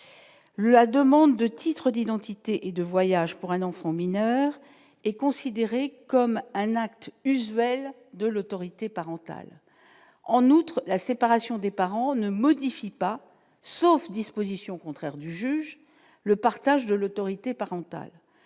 la demande de titre d'identité et de voyages pour un enfant mineur, est considéré comme un acte usuel de l'autorité parentale, en outre, la séparation des parents ne modifie pas, sauf disposition contraire du juge le partage de l'autorité parentale